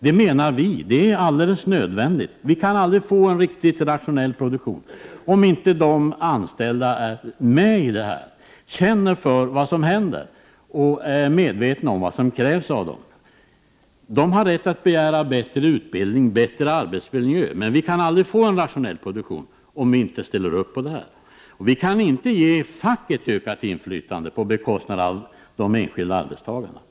Det går inte att få till stånd en rationell produktion om de anställda inte är med, känner för vad som händer och är medvetna om vad som krävs av dem. De har rätt att begära bättre utbildning och bättre arbetsmiljö. Facket kan inte ges ökat inflytande på bekostnad av de enskilda arbetstagarna.